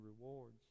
rewards